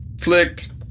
flicked